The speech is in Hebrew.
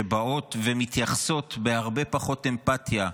שבאות ומתייחסות בהרבה פחות אמפתיה,